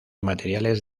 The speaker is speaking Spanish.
materiales